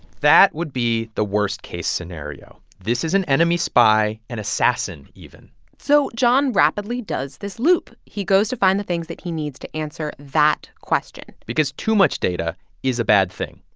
that would be the worst-case scenario. this is an enemy spy, an assassin even so john rapidly does this loop. he goes to find the things that he needs to answer that question because too much data is a bad thing.